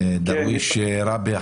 דרוויש ראבי,